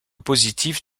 positif